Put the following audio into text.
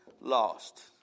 lost